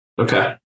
Okay